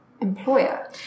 employer